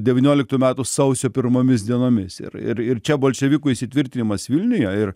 devynioliktų metų sausio pirmomis dienomis ir ir ir čia bolševikų įsitvirtinimas vilniuje ir